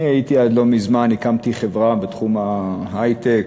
הקמתי חברה בתחום ההיי-טק,